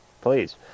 please